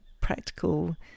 practical